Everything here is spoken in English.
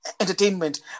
entertainment